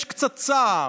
יש קצת צער.